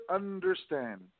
understand